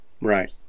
Right